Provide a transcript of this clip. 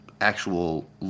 actual